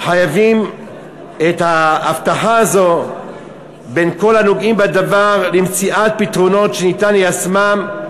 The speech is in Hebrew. חייבים את האבטחה הזו בין כל הנוגעים בדבר למציאת פתרונות שניתן ליישמם,